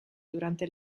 durante